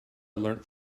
learnt